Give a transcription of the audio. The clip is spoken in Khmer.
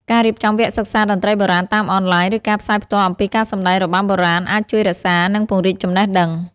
ការរៀបចំវគ្គសិក្សាតន្ត្រីបុរាណតាមអនឡាញ ឬការផ្សាយផ្ទាល់អំពីការសម្ដែងរបាំបុរាណអាចជួយរក្សា និងពង្រីកចំណេះដឹង។